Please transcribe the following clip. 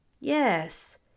Yes